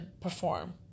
perform